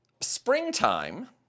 springtime